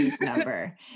number